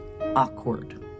Awkward